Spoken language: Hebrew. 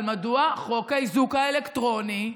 אבל חוק האיזוק האלקטרוני,